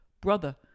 Brother